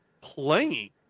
playing